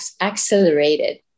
accelerated